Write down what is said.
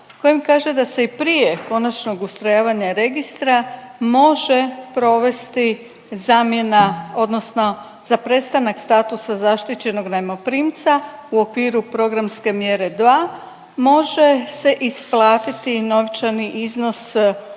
kojem kaže da se i prije konačnog ustrojavanja registra može provesti zamjena odnosno za prestanak statusa zaštićenog najmoprimca u okviru programske mjere 2, može se isplatiti novčani iznos u